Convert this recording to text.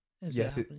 yes